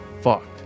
fucked